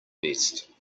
best